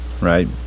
Right